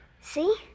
See